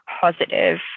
positive